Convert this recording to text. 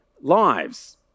lives